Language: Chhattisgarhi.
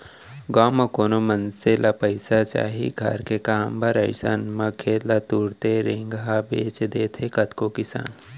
गाँव म कोनो मनसे ल पइसा चाही घर के काम बर अइसन म खेत ल तुरते रेगहा बेंच देथे कतको किसान